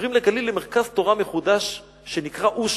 עוברים אל הגליל, למרכז תורה מחודש שנקרא אושא.